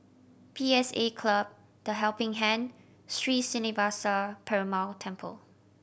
P S A Club The Helping Hand Sri Srinivasa Perumal Temple